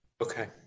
Okay